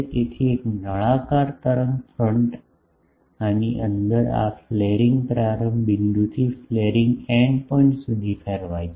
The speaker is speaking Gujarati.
તેથી એક નળાકાર તરંગ ફ્રન્ટ આની અંદર આ ફ્લેરિંગ પ્રારંભ બિંદુથી ફ્લેરીંગ એન્ડ પોઇન્ટ સુધી ફેરવાય છે